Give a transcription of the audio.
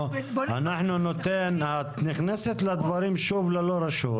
אנחנו ניתן- ---- את נכנסת לדברים שוב ללא רשות,